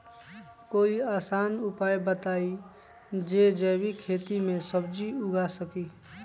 कोई आसान उपाय बताइ जे से जैविक खेती में सब्जी उगा सकीं?